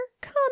come